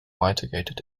mitigated